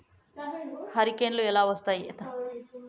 హరికేన్లు ఎలా వస్తాయి?